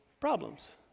problems